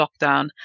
lockdown